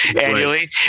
annually